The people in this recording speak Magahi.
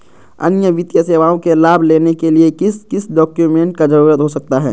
अन्य वित्तीय सेवाओं के लाभ लेने के लिए किस किस डॉक्यूमेंट का जरूरत हो सकता है?